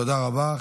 תודה רבה.